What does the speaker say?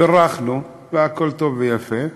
בירכנו והכול טוב ויפה,